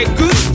good